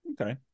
Okay